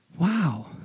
Wow